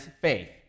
faith